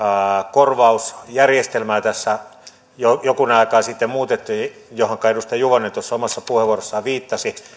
korvausjärjestelmää tässä jokunen aika sitten muutettiin mihin edustaja juvonen omassa puheenvuorossaan viittasi